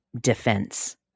defense